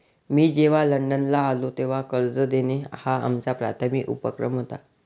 मी जेव्हा लंडनला आलो, तेव्हा कर्ज देणं हा आमचा प्राथमिक उपक्रम होता